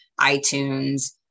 iTunes